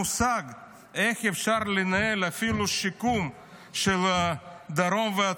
מושג איך אפשר לנהל אפילו שיקום של הצפון